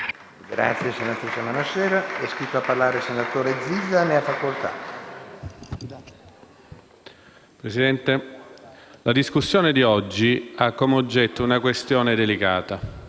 Presidente, la discussione di oggi ha come oggetto una questione delicata,